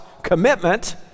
commitment